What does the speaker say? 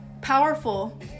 powerful